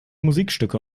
musikstücke